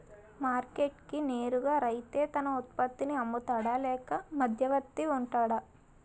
Market కి నేరుగా రైతే తన ఉత్పత్తి నీ అమ్ముతాడ లేక మధ్యవర్తి వుంటాడా?